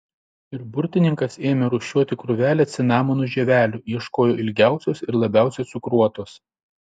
ir burtininkas ėmė rūšiuoti krūvelę cinamonų žievelių ieškojo ilgiausios ir labiausiai cukruotos